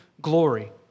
glory